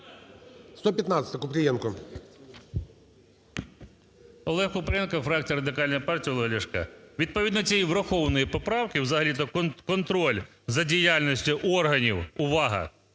КУПРІЄНКО О.В. Олег Купрієнко, фракція Радикальної партії Олега Ляшка. Відповідно цієї врахованої поправки взагалі-то контроль за діяльністю органів, увага,